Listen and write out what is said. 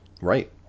right